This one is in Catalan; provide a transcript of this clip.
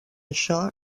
això